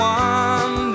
one